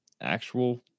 actual